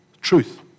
Truth